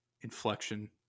inflection